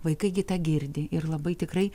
vaikai gi tą girdi ir labai tikrai